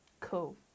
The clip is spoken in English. Cool